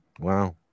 Wow